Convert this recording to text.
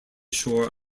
shore